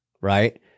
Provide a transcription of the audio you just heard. right